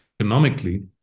economically